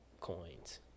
coins